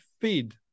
feed